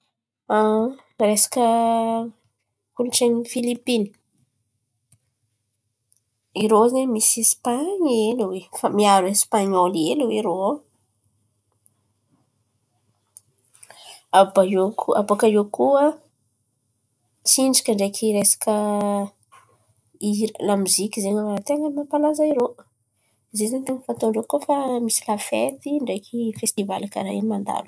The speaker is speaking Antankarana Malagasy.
Resaka kolontsain̈y Filipiny irô zen̈y misy sisipeny hely hoe fa miaro Esipan̈iôly hely hoe irô àby iô. Koa abakaiô koa tsinjaka ndreky resaka hira lamoziky zen̈y ten̈a mampalaza zarô zen̈y koa fa atôn-drô koa fa misy lafety ndreky fesitivaly karà in̈y mandalo.